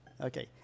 Okay